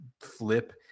flip